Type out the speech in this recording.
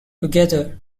together